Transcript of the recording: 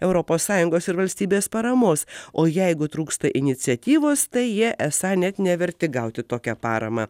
europos sąjungos ir valstybės paramos o jeigu trūksta iniciatyvos tai jie esą net neverti gauti tokią paramą